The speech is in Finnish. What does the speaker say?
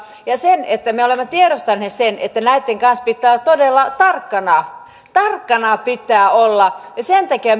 me olemme tiedostaneet sen että näitten kanssa pitää olla todella tarkkana tarkkana pitää olla ja sen takia